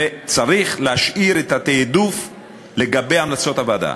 וצריך להשאיר את התעדוף לגבי המלצות הוועדה.